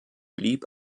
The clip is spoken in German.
blieb